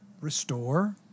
restore